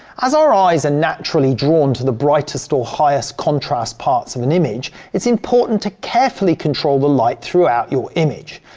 as our eyes are and naturally drawn to the brightest or highest contrast parts of an image it's important to carefully control the light throughout your image.